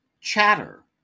Chatter